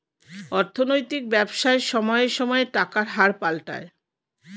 অর্থনৈতিক ব্যবসায় সময়ে সময়ে টাকার হার পাল্টায়